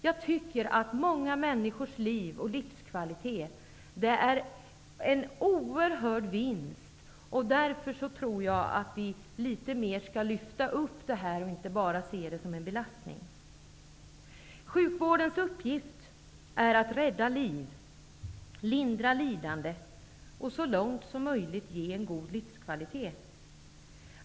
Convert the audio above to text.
Jag tycker att många människors liv och livskvalitet är en oerhörd vinst, och jag tror att vi skall lyfta upp det litet mer och inte bara se den offentliga sektorn som en belastning. Sjukvårdens uppgift är att rädda liv, lindra lidande och så långt som möjligt ge en god livskvalitet.